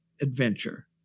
adventure